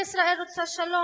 ישראל רוצה שלום.